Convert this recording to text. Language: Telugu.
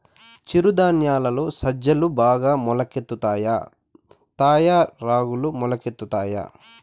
చిరు ధాన్యాలలో సజ్జలు బాగా మొలకెత్తుతాయా తాయా రాగులు మొలకెత్తుతాయా